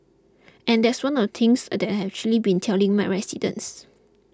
and that's one of the things that I've actually been telling my residents